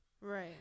right